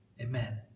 amen